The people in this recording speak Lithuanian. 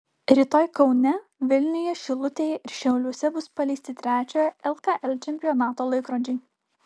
rytoj kaune vilniuje šilutėje ir šiauliuose bus paleisti trečiojo lkl čempionato laikrodžiai